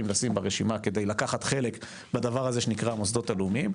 לשים ברשימה כדי לקחת חלק בדבר הזה שנקרא המוסדות הלאומיים,